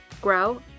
grow